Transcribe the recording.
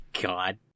god